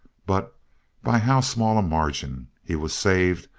but by how small a margin! he was saved,